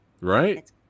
Right